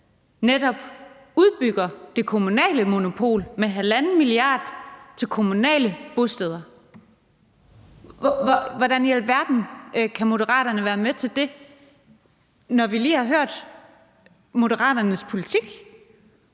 nemlig udbygger det kommunale monopol med 1,5 mia. kr. til kommunale bosteder. Hvordan i alverden kan Moderaterne være med til det, når vi lige har hørt Moderaternes politik?